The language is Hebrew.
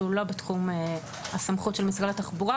שהוא לא בתחום הסמכות של משרד התחבורה.